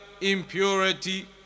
impurity